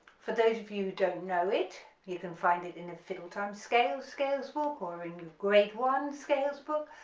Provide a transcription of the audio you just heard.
for those of you who don't know it you can find it in a fiddle time scale scales book or in your grade one scales book,